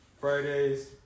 Fridays